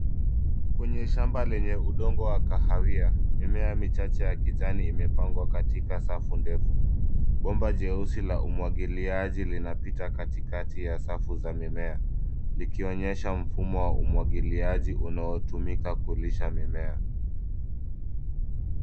Kwenye shamba lenye udongo wa kahawia. Mimea michache ya kijani imepangwa katika safu ndefu. Bomba jeusi la umwagiliaji linapita katikati ya safu za mimea, likionyesha mfumo wa umwagiliaji unaotumika kulisha mimea.